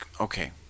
okay